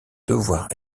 devoir